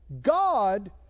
God